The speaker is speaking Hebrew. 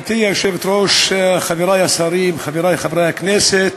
גברתי היושבת-ראש, חברי השרים, חברי חברי הכנסת,